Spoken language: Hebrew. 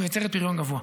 היא מייצרת פריון גבוה.